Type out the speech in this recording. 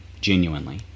genuinely